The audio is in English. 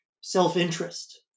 self-interest